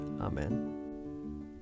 Amen